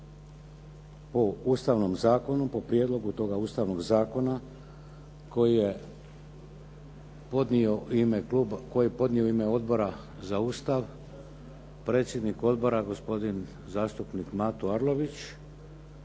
koji je podnio u ime kluba, koji je podnio u ime Odbora za Ustav predsjednik odbora gospodin zastupnik Mato Arlović.